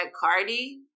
Cardi